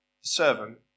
servant